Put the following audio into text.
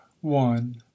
one